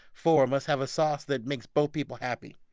four, must have a sauce that makes both people happy